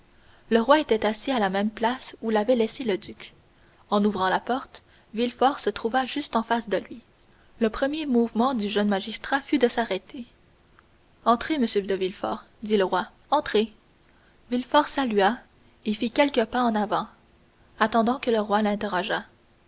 le roi était assis à la même place où l'avait laissé le duc en ouvrant la porte villefort se trouva juste en face de lui le premier mouvement du jeune magistrat fut de s'arrêter entrez monsieur de villefort dit le roi entrez villefort salua et fit quelques pas en avant attendant que le roi l'interrogeât